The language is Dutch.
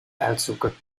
uitzoeken